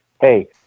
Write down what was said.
Hey